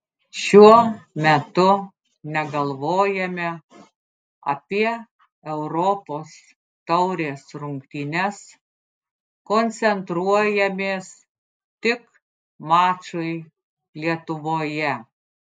šiuo metu negalvojame apie europos taurės rungtynes koncentruojamės tik mačui lietuvoje